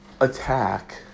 attack